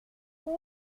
que